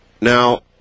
Now